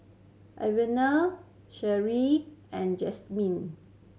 Ivana and Jazmine